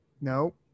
no